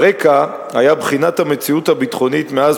הרקע היה בחינת המציאות הביטחונית מאז